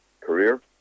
career